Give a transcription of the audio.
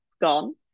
gone